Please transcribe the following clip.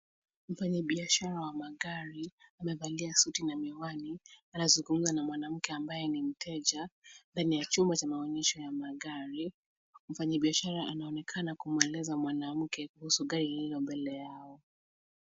Mwafanyibiashara wa magari amevalia suti na miwani. Anazungumza na mwanamke ambaye ni mteja, ndani ya chumba cha maonyesho ya magari. Mfanyibiashara anaonekana kumweleza mwanamke kuhusu gari lililo mbele yao.